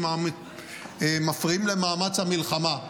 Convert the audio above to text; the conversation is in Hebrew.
שמפריעים למאמץ המלחמה.